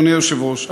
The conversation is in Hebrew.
אדוני היושב-ראש,